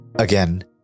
Again